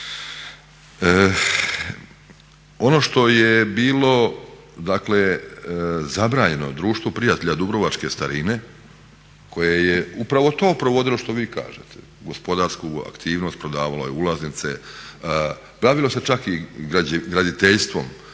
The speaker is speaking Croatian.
Ono što je bilo dakle zabranjeno Društvu prijatelja Dubrovačke starine koje je upravo to provodilo što vi kažete gospodarsku aktivnost, prodavalo je ulaznice, bavilo se čak i graditeljstvom